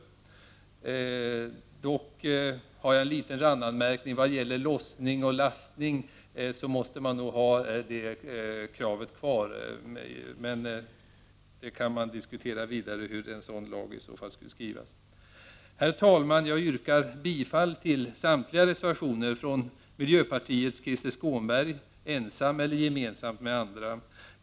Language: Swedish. Vad gäller lossning och lastning har jag dock en liten randanmärkning, nämligen att det aktuella kravet nog måste få kvarstå i detta avseende. Man kan ju alltid diskutera vidare hur en sådan lag i så fall skall utformas. Herr talman! Jag yrkar bifall till samtliga reservationer som avgetts av miljöpartiets Krister Skånberg ensam eller gemensamt med andra.